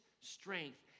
strength